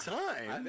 time